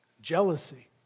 jealousy